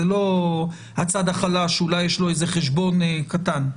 זה לא הצד החלש שאולי יש לו איזה חשבון קטן.